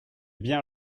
bien